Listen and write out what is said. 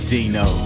Dino